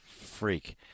freak